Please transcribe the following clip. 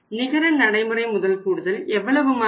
நிகர நடைமுறை முதல் கூடுதல் எவ்வளவு மாறும்